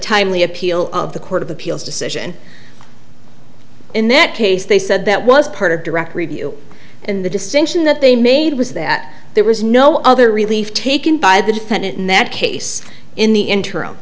timely appeal of the court of appeals decision in that case they said that was part of direct review in the distinction that they made was that there was no other relief taken by the defendant in that case in the interim